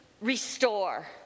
restore